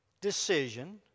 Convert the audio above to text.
decision